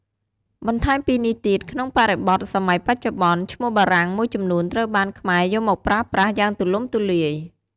បន្ថែមពីនេះទៀត ក្នុងបរិបទសម័យបច្ចុប្បន្ន ឈ្មោះបារាំងមួយចំនួនត្រូវបានខ្មែរយកមកប្រើប្រាស់ យ៉ាងទូលំទូលាយ។